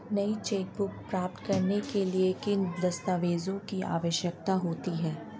नई चेकबुक प्राप्त करने के लिए किन दस्तावेज़ों की आवश्यकता होती है?